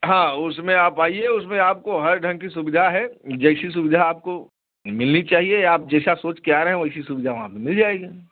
हाँ उसमें आप आइए उसमें आपको हर ढंग की सुविधा है जैसी सुविधा आपको मिलनी चाहिए आप जैसा सोच के आ रहे हैं वैसी सुविधा वहाँ पे मिल जाएगी